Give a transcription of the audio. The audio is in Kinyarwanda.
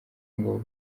ngo